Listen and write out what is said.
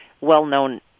well-known